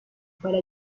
para